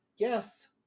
yes